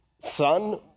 son